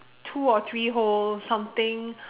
two or three holes something